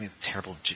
terrible